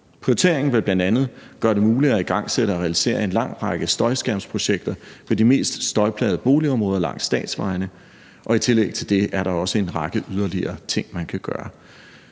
Prioriteringen vil bl.a. gøre det muligt at igangsætte og realisere en lang række støjskærmsprojekter ved de mest støjplagede boligområder langs statsvejene, og i tillæg til det er der også en række yderligere ting, man kan gøre.